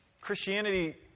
Christianity